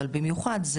אבל במיוחד,